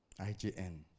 IJN